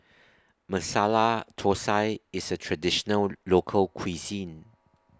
Masala Thosai IS A Traditional Local Cuisine